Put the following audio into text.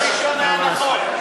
החלק הראשון היה נכון.